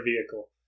vehicle